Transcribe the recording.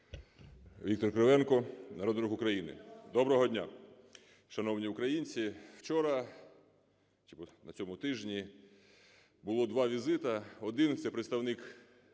Віктор Кривенко, Народний Рух України. Доброго дня, шановні українці. Вчора, чи на цьому тижні, було два візити. Один – це представник